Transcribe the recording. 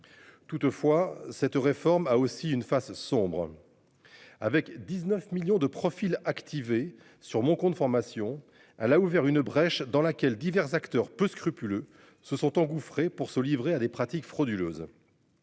Toutefois, cette réforme a aussi une face sombre. Avec 19 millions de profils activé sur mon compte formation à a ouvert une brèche dans laquelle divers acteurs peu scrupuleux se sont engouffrés pour se livrer à des pratiques frauduleuses.--